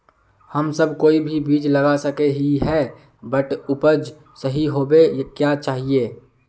हम सब कोई भी बीज लगा सके ही है बट उपज सही होबे क्याँ चाहिए?